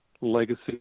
legacy